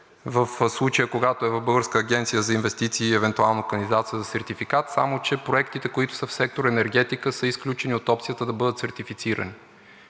В случая, когато е в Българската агенция за инвестиции и евентуално кандидатства за сертификат, само че проектите, които са в сектор „Енергетика“, са изключени от опцията да бъдат сертифицирани.